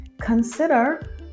consider